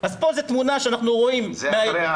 אז פה זו תמונה שאנחנו רואים מאירוע